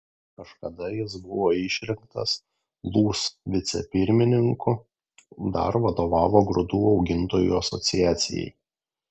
kažkada jis buvo išrinktas lūs vicepirmininku dar vadovavo grūdų augintojų asociacijai